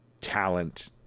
talent